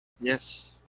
Yes